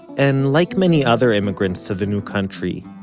and like many other immigrants to the new country,